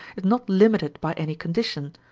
is not limited by any condition,